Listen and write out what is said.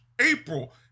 April